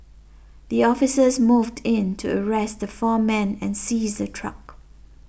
the officers moved in to arrest the four men and seize the truck